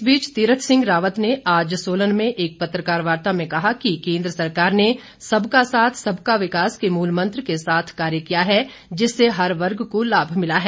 इस बीच तीर्थ सिंह रावत ने आज सोलन में एक पत्रकार वार्ता में कहा कि केन्द्र सरकार ने सब का साथ सब का विकास के मूल मंत्र के साथ कार्य किया है जिससे हर वर्ग को लाभ मिला है